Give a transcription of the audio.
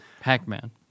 Pac-Man